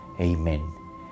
Amen